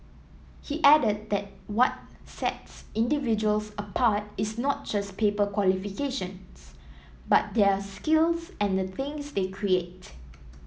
he added that what sets individuals apart is not just paper qualifications but their skills and the things they create